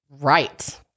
right